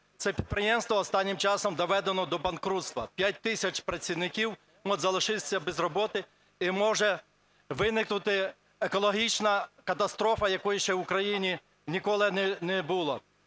Це підприємство останнім часом доведено до банкрутства, 5 тисяч працівників можуть залишитися без роботи і може виникнути екологічна катастрофа, якої ще в Україні ніколи не було.